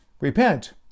Repent